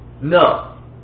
No